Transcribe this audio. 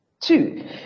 two